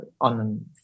on